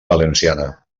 valenciana